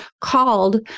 called